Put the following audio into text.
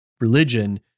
religion